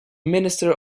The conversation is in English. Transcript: minister